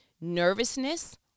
nervousness